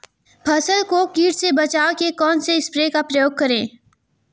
फसल को कीट से बचाव के कौनसे स्प्रे का प्रयोग करें?